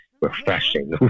refreshing